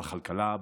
בכלכלה,